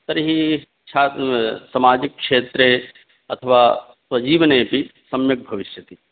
तर्हि छा सामाजिकक्षेत्रे अथवा स्वजीवनेऽपि सम्यक् भविष्यति